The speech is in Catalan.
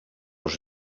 els